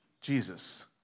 Jesus